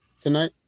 tonight